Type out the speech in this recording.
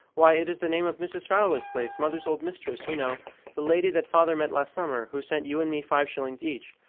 why, it is the name of mrs. fowler's place mother's old mistress, you know the lady that father met last summer, who sent you and me five shillings each.